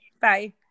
Bye